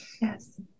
Yes